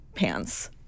Pants